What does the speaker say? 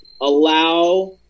allow